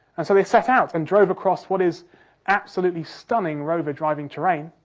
and so they set out and drove across what is absolutely stunning rover driving terrain.